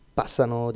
passano